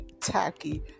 tacky